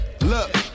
Look